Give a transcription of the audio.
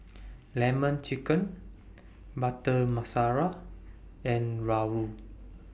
Lemon Chicken Butter and Rawon